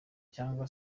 cyangwa